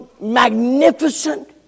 magnificent